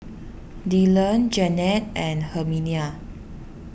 Dylon Jannette and Herminia